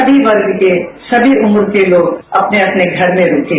सभी वर्ग के सभी उम्र के लोग अपने अपने घरों में रूकें